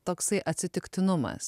toksai atsitiktinumas